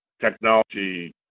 technology